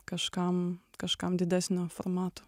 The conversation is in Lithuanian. kažkam kažkam didesnio formato